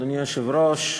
אדוני היושב-ראש,